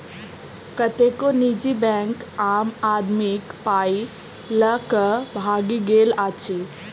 कतेको निजी बैंक आम आदमीक पाइ ल क भागि गेल अछि